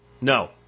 No